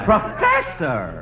Professor